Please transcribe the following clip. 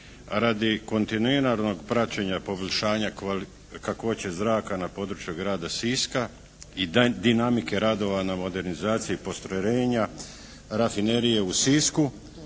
radi kontinuiranog praćenja poboljšanja kakvoće zraka na području Grada Siska i dinamike radova na modernizaciji postrojenja rafinerije u Sisku